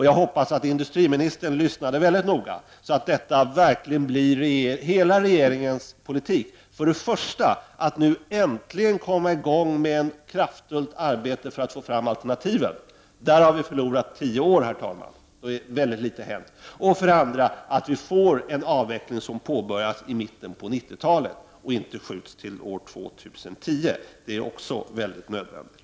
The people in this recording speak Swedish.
Jag hoppas att industriministern lyssnade mycket noga så att detta verkligen blir hela regeringens politik. Det gäller för det första att nu äntligen komma i gång med ett kraftfullt arbete för att få fram alternativ. I det avseendet har vi förlorat tio år då det har hänt mycket litet. För det andra måste vi se till att få en avveckling som påbörjades i mitten på 1990-talet och inte skjuts fram till år 2010. Det är också nödvändigt.